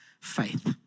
faith